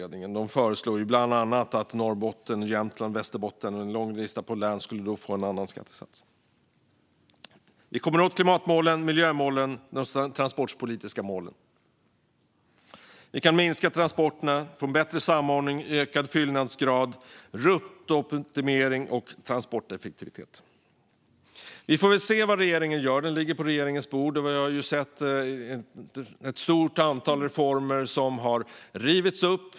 Det föreslås bland annat att Norrbotten, Jämtland, Västerbotten och en lång rad andra län ska få en annan skattesats. Vi kan komma åt klimatmålen, miljömålen och de transportpolitiska målen, och vi kan minska transporterna och få en bättre samordning, ökad fyllnadsgrad, ruttoptimering och transporteffektivitet. Vi får se vad regeringen gör. Utredningen ligger på regeringens bord. Vi har sett att ett stort antal reformer har rivits upp.